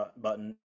button